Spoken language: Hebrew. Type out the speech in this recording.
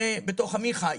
הרי, בתוך עמי אני חי.